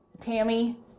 tammy